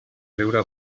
riure